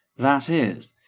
that is,